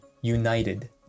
united